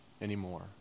anymore